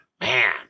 man